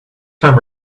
time